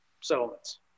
settlements